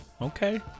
okay